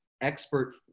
expert